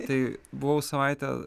tai buvau savaitę